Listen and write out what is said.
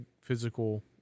physical